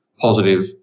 positive